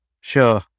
Sure